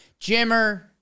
Jimmer